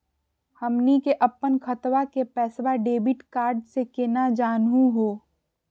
हमनी के अपन खतवा के पैसवा डेबिट कार्ड से केना जानहु हो?